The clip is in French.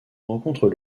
rencontre